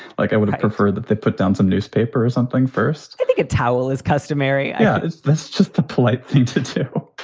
like i would have preferred that they put down some newspaper or something first. i think a towel is customary yeah. it's just the polite thing to do.